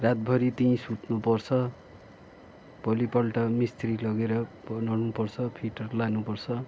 रातभरी त्यहीँ सुत्नुपर्छ भोलिपल्ट मिस्त्री लगेर बनाउनुपर्छ फिटर लानुपर्छ